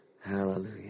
Hallelujah